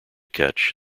catch